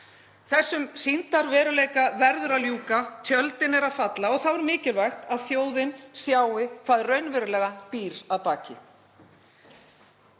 Þessum sýndarveruleika verður að ljúka, tjöldin eru að falla og þá er mikilvægt að þjóðin sjái hvað raunverulega býr að baki.